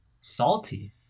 salty